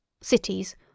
cities